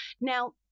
Now